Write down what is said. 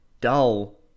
dull